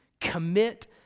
commit